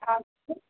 हा केरु